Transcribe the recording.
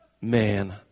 Man